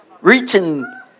reaching